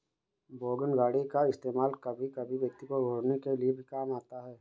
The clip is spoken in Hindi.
वोगन गाड़ी का इस्तेमाल कभी कभी व्यक्ति को ढ़ोने के लिए भी काम आता है